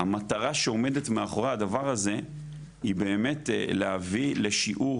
המטרה שעומדת מאחורי הדבר הזה היא באמת להביא לשיעור